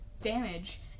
damage